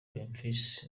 bonfils